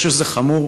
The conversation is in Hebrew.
אני חושב שזה חמור.